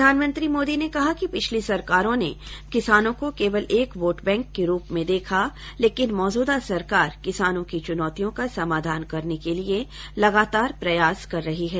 प्रधानमंत्री मोदी ने कहा कि पिछली सरकारों ने किसानों को केवल एक वोटबैंक के रूप में देखा लेकिन मौजूदा सरकार किसानों की चुनौतियों का समाधान करने के लिए लगातार प्रयास कर रही है